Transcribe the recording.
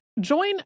Join